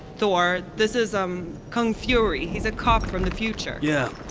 thor, this is um kung fury, he's a cop from the future. yeah,